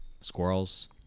squirrels